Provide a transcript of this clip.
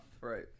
Right